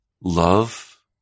love